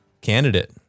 candidate